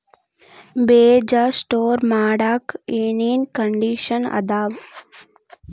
ಬೇಜ ಸ್ಟೋರ್ ಮಾಡಾಕ್ ಏನೇನ್ ಕಂಡಿಷನ್ ಅದಾವ?